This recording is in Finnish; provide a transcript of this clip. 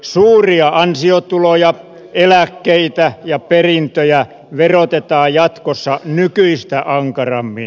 suuria ansiotuloja eläkkeitä ja perintöjä verotetaan jatkossa nykyistä ankarammin